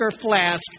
flask